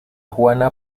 juana